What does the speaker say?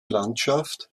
landschaft